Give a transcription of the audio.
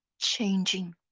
changing